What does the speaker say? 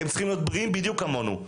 הם צריכים להיות בריאים בדיוק כמונו,